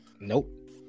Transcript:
Nope